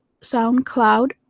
SoundCloud